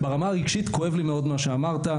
ברמה הרגשית כואב לי מאוד מה שאמרת,